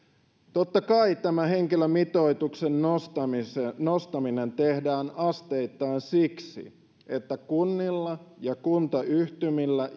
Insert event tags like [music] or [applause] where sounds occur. totta kai tämä henkilömitoituksen nostaminen nostaminen tehdään asteittain siksi että kunnilla ja kuntayhtymillä [unintelligible]